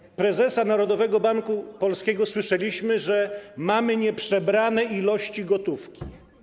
Z ust prezesa Narodowego Banku Polskiego słyszeliśmy, że mamy nieprzebrane ilości gotówki.